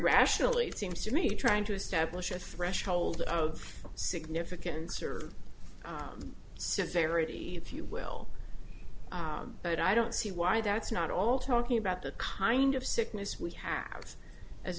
rationally it seems to me trying to establish a threshold of significance or severity if you will but i don't see why that's not all talking about the kind of sickness we have as